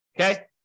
Okay